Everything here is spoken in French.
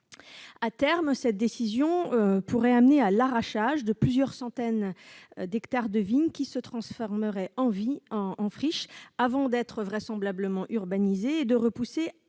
À terme, cette décision pourrait conduire à l'arrachage de plusieurs centaines d'hectares de vignes qui se transformeraient en friches, avant d'être vraisemblablement urbanisés, les